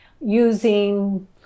using